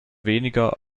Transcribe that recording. weniger